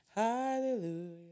Hallelujah